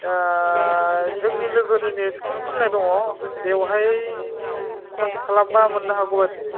जोंनि लोगोनिनो स्कुल खुलिनाय दङ बेवहाय कनथेक खालामबा मोननो हागौ बादि